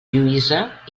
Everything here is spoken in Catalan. lluïsa